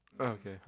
Okay